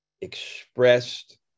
expressed